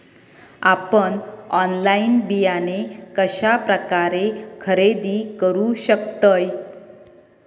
आपन ऑनलाइन बियाणे कश्या प्रकारे खरेदी करू शकतय?